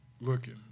looking